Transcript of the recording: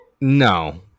no